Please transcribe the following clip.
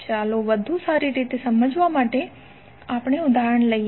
ચાલો વધુ સારી સમજણ માટે ઉદાહરણ જોઈએ